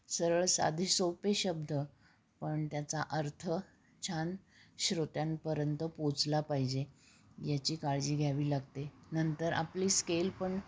सरळ साधी सोपे शब्द पण त्याचा अर्थ छान श्रोत्यांपर्यंत पोचला पाहिजे याची काळजी घ्यावी लागते नंतर आपली स्केल पण